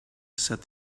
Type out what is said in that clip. said